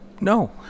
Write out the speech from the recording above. No